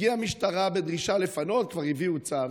הגיעה משטרה בדרישה לפנות, וכבר הביאו צו,